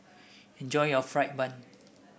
enjoy your fried bun